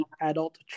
adult